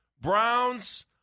Browns